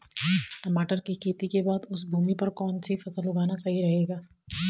टमाटर की खेती के बाद उस भूमि पर कौन सी फसल उगाना सही रहेगा?